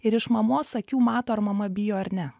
ir iš mamos akių mato ar mama bijo ar ne